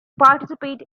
participate